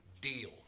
deal